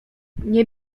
nie